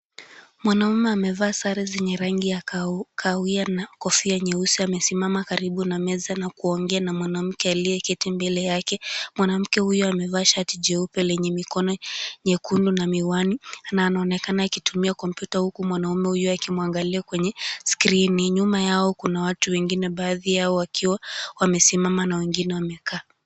Mwanaume amevaa sare zenye rangi ya kahawia na kofia nyeusi amesimama karibu na meza na kuongeza na mwanamke aliyeketi mbele yake. Mwanamke huyo amevaa shati jeupe lenye mikono nyekundu na miwani na anaonekana akitumia kompyuta huku mwanaume huyo akimwangalia kwenye skiri. Nyuma yao kuna watu wengine baadhi yao wakiwa wamesimama na wengine wamekaa.